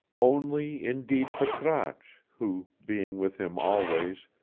only indeed patrasche, who, being with him always,